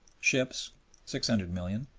ships six hundred million.